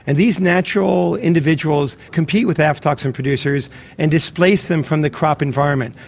and these natural individuals compete with aflatoxin producers and displace them from the crop environment,